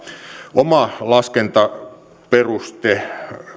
oma laskentaperuste